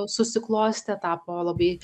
susiklostė tapo labai